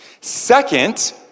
Second